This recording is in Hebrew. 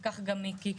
וכך גם מיקי,